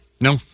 No